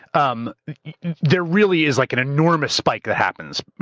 um there really is like an enormous spike that happens,